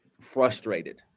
frustrated